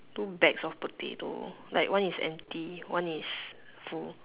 two bags of potato like one is empty one is full